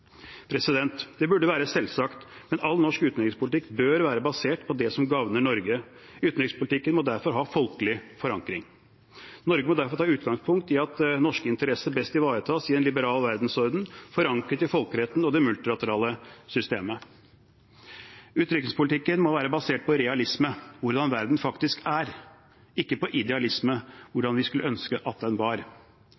selvråderett. Det burde være selvsagt, men all norsk utenrikspolitikk bør være basert på det som gagner Norge. Utenrikspolitikken må derfor ha folkelig forankring. Norge må derfor ta utgangspunkt i at norske interesser best ivaretas i en liberal verdensorden, forankret i folkeretten og det multilaterale systemet. Utenrikspolitikken må være basert på realisme, hvordan verden faktisk er, og ikke på idealisme,